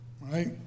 right